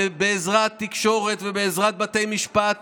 ובעזרת תקשורת ובעזרת בתי משפט